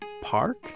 park